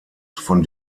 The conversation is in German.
von